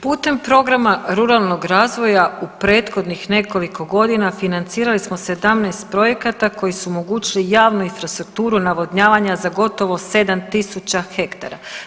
Putem programa ruralnog razvoja u prethodnih nekoliko godina financirali smo 17 projekata koji su omogućili javnu infrastrukturu navodnjavanja za gotovo 7.000 hektara.